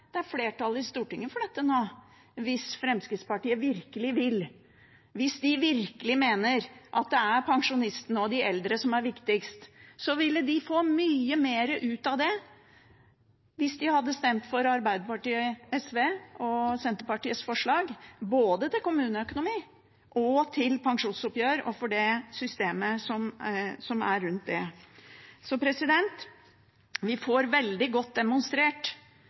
Det er flertall i Stortinget for dette nå, hvis Fremskrittspartiet virkelig vil. Hvis de virkelig mener at det er pensjonistene og de eldre som er viktigst, ville de fått mye mer ut av det hvis de hadde stemt for Arbeiderpartiet, SV og Senterpartiets forslag når det gjelder både kommuneøkonomi og pensjonsoppgjør, og for det systemet som er rundt det. Vi får veldig godt demonstrert